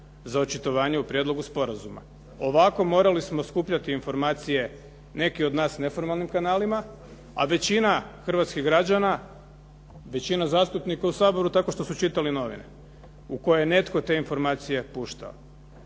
za očitovanje u prijedlogu sporazuma. Ovako, morali smo skupljati informacije, neki od nas neformalnim kanalima, a većina hrvatskih građana, većina zastupnika u Saboru tako što su čitali novine u koje je netko te informacije puštao.